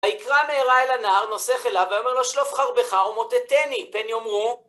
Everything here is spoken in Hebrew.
ויקרא מהרה אל הנער נושא כליו ויאמר לו, שלוף חרבך ומותתני, פן יאמרו